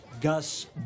Gus